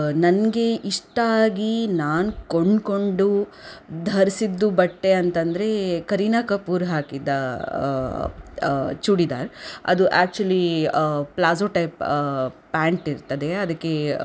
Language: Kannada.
ನನಗೆ ಇಷ್ಟ ಆಗಿ ನಾನು ಕೊಂಡ್ಕೊಂಡು ಧರಿಸಿದ್ದು ಬಟ್ಟೆ ಅಂತ ಅಂದ್ರೆ ಕರೀನಾ ಕಪೂರ್ ಹಾಕಿದ ಚೂಡಿದಾರ್ ಅದು ಆ್ಯಕ್ಚುಲಿ ಪ್ಲಾಝೋ ಟೈಪ್ ಪ್ಯಾಂಟಿರ್ತದೆ ಅದಕ್ಕೆ